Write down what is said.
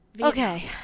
Okay